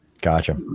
Gotcha